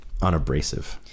unabrasive